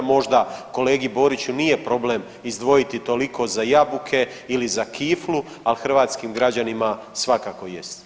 Možda kolegi Boriću nije problem izdvojiti toliko za jabuke ili za kiflu, ali hrvatskim građanima svakako jest.